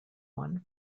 one